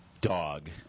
dog